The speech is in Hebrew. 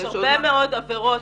יש הרבה מאוד עבירות